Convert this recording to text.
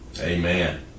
amen